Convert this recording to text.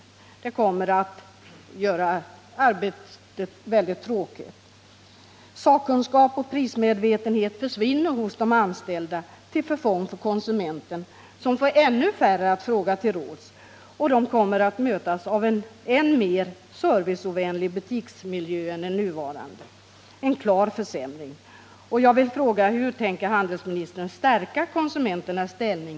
Systemet kommer att göra arbetet mycket tråkigt. Sakkunskap och prismedvetenhet försvinner hos de anställda, till förfång för konsumenten, som får ännu färre att fråga till råds. Och konsumenten kommer att mötas av en än mer serviceovänlig butiksmiljö än den nuvarande — en klar försämring.